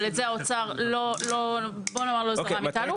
אבל בזה האוצר לא זרם איתנו.